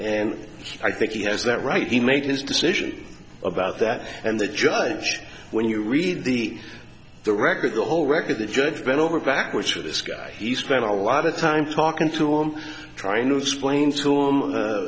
and i think he has that right he made his decision about that and the judge when you read the the record the whole record the judge bent over backwards for this guy he spent a lot of time talking to him trying to splay into